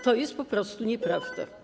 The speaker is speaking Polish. To jest po prostu nieprawda.